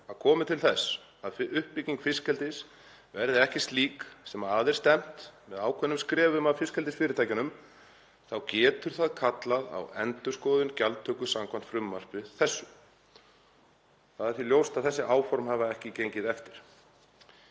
að komi til þess að uppbygging fiskeldis verði ekki slík, sem að er stefnt ákveðnum skrefum af fiskeldisfyrirtækjunum, þá getur það kallað á endurskoðun gjaldtöku samkvæmt frumvarpi þessu.“ Það er því ljóst að þessi áform hafa ekki gengið eftir.